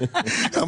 אני